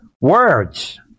words